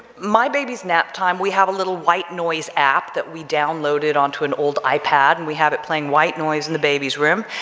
my baby's nap time, we have a little white noise app that we downloaded onto an old ipad and we have it playing white noise in the baby's room,